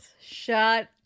Shut